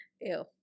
ew